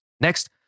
Next